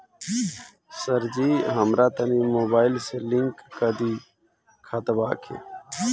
सरजी हमरा तनी मोबाइल से लिंक कदी खतबा के